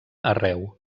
arreu